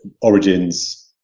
Origins